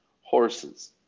horses